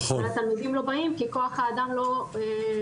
והתלמידים לא באים כי כוח האדם לא מספק,